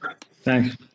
Thanks